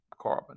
carbon